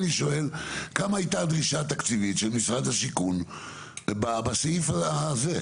כמה היתה הדרישה התקציבית של משרד השיכון בסעיף הזה?